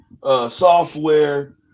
Software